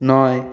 নয়